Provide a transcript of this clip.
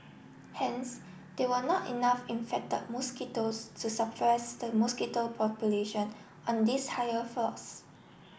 hence there were not enough infected mosquitoes to suppress the mosquito population on these higher floors